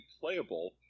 playable